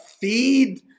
feed